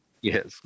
Yes